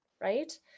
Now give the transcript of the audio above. right